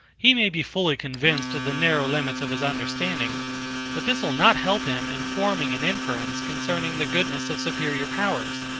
he may be fully convinced of the narrow limits of his understanding but this will not help him in forming an inference concerning the goodness of superior powers,